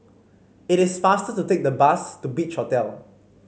it is faster to take the bus to Beach Hotel